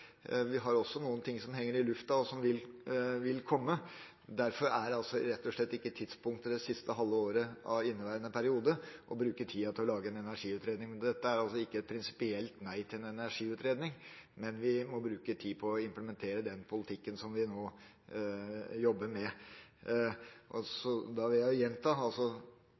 Vi har også noe som henger i luften og som vil komme. Derfor er det siste halve året av inneværende periode rett og slett ikke tidspunktet for å bruke tid på å lage en energiutredning. Dette er altså ikke et prinsipielt nei til en energiutredning, men vi må bruke tid på å implementere den politikken vi nå jobber med. Da vil jeg gjenta: